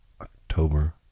October